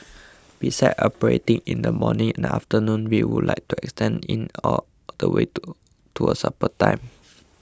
besides operating in the morning and afternoon we would like to extend in all the way to to a supper time